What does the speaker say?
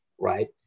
right